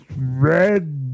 red